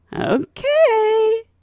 okay